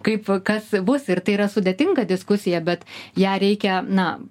kaip kas bus ir tai yra sudėtinga diskusija bet ją reikia na